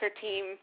team